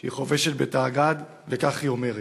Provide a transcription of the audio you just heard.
שהיא חובשת בתאג"ד, וכך היא אומרת: